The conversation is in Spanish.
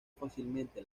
fácilmente